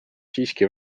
siiski